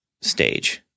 stage